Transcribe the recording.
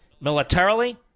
militarily